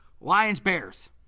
Lions-Bears